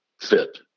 fit